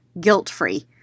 guilt-free